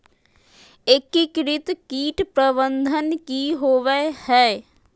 एकीकृत कीट प्रबंधन की होवय हैय?